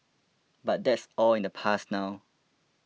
but that's all in the past now